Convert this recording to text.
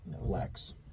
Lex